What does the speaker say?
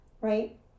right